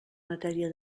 matèria